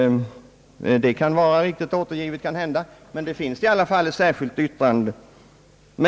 Detta är kanske riktigt återgivet, men det finns i alla fall ett särskilt yttrande.